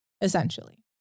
essentially